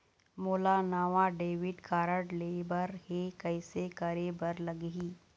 मोला नावा debit card लेबर हे, कइसे करे बर लगही?